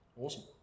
Awesome